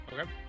Okay